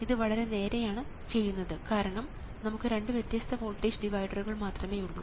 ഇത് വളരെ നേരെയാണ് ഉള്ള രീതിയാണ് കാരണം നമുക്ക് രണ്ട് വ്യത്യസ്ത വോൾട്ടേജ് ഡിവൈഡറുകൾ മാത്രമേയുള്ളൂ